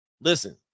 Listen